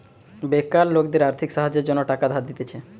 বেকার লোকদের আর্থিক সাহায্যের জন্য টাকা ধার দিতেছে